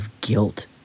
guilt